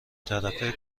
طرفه